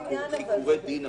חלק גדול מהאנשים שבאים להעיד,